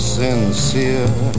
sincere